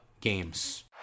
games